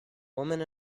woman